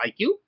IQ